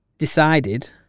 Decided